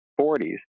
40s